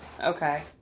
Okay